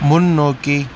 முன்னோக்கி